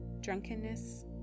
drunkenness